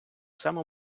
само